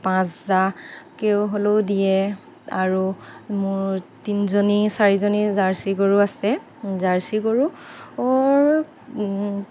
পাঁচ হাজাৰকৈ হ'লেও দিয়ে আৰু মোৰ তিনিজনী চাৰিজনী জাৰ্চী গৰু আছে জাৰ্চী গৰুৰ